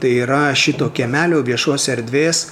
tai yra šito kiemelio viešos erdvės